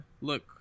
look